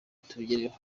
tubigereho